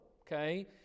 okay